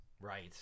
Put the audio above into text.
Right